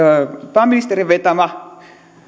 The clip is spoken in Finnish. pääministerin vetämä